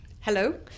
Hello